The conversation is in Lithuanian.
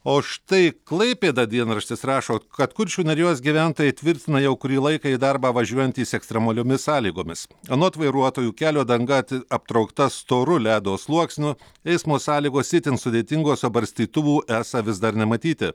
o štai klaipėda dienraštis rašo kad kuršių nerijos gyventojai tvirtina jau kurį laiką į darbą važiuojantys ekstremaliomis sąlygomis anot vairuotojų kelio danga aptraukta storu ledo sluoksniu eismo sąlygos itin sudėtingos o barstytuvų esą vis dar nematyti